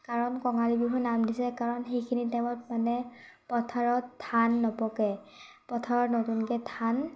কাৰণ কঙালী বিহুৰ নাম দিছে কাৰণ সেইখিনি টাইমত মানে পথাৰত ধান নপকে পথাৰত নতুনকৈ ধান